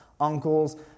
uncles